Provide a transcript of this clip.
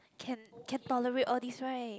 can can tolerate all these right